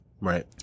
right